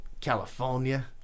California